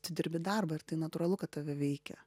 tu dirbi darbą ir tai natūralu kad tave veikia